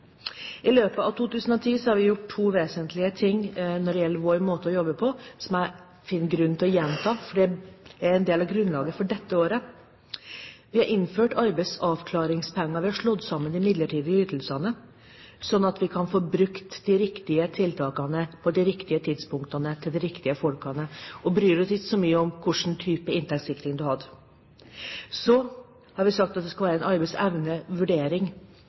I løpet av 2010 har vi gjort to vesentlige ting når det gjelder vår måte å jobbe på, som jeg finner grunn til å gjenta, fordi det er en del av grunnlaget for dette året. Vi har innført arbeidsavklaringspenger, og vi har slått sammen de midlertidige ytelsene, slik at vi kan få brukt de riktige tiltakene på de riktige tidspunktene til de riktige folkene, og bryr oss ikke så mye om hva slags type inntektssikring du har hatt. Så har vi sagt at det skal være en